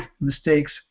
mistakes